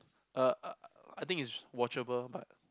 uh uh I think it's watchable but